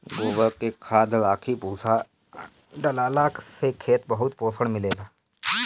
गोबर के खाद, राखी, भूसी डालला से खेत के बहुते पोषण मिलेला